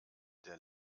der